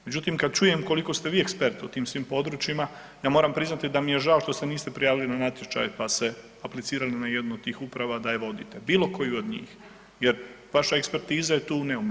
Međutim kada čujem koliko ste vi ekspert u tim svim područjima, ja moram priznati da mi je žao što se niste prijavili na natječaj pa se aplicirali na jednu od tih uprava da je vodite, bilo koju od njih jer vaša ekspertiza je tu neupitna.